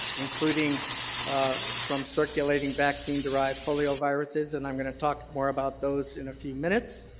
including from circulating vaccine derived polioviruses, and i'm going to talk more about those in a few minutes.